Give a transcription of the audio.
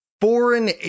foreign